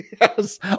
Yes